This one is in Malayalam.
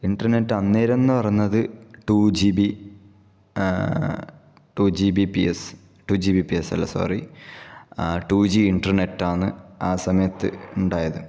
ഇന്റർനെറ്റ് അന്നേരം എന്ന് പറയുന്നത് two G B two G B P S two G B P S അല്ല സോറി ടു ജി ഇന്റർനെറ്റാണ് ആ സമയത്ത് ഉണ്ടായത്